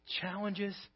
challenges